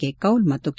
K Kaul ಮತ್ತು K